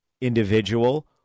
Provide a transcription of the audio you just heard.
individual